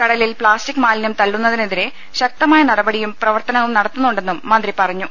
കടലിൽ പ്ലാസ്റ്റിക്ക് മാലിന്യം തള്ളുന്നതിനെതിരെ ശക്തമായ നടപടിയും പ്രവർത്തനവും നട ത്തുന്നുണ്ടെന്നും മന്ത്രി പറഞ്ഞു